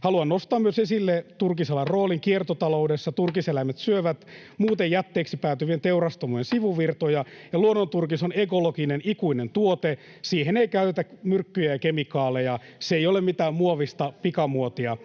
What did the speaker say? Haluan nostaa myös esille turkisalan roolin kiertotaloudessa. Turkiseläimet syövät muuten jätteeksi päätyviä teurastamojen sivuvirtoja. Luonnonturkis on ekologinen, ikuinen tuote. Siihen ei käytetä myrkkyjä ja kemikaaleja. Se ei ole mitään muovista pikamuotia.